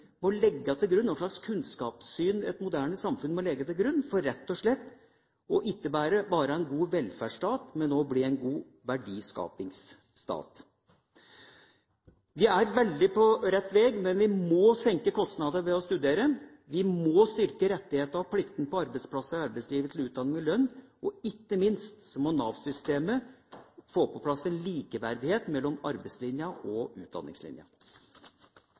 må legge til grunn, hva slags kunnskapssyn et moderne samfunn må legge til grunn, for rett og slett å ikke bare være en god velferdsstat, men også bli en god verdiskapingsstat. Vi er på rett veg, men vi må senke kostnadene ved å studere, vi må styrke rettighetene og pliktene til utdanning med lønn på arbeidsplassene og i arbeidslivet, og ikke minst må Nav-systemet få på plass en likeverdighet mellom arbeidslinja og utdanningslinja.